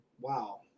wow